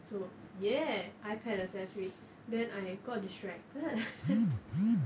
so ya ipad accessories then I got distracted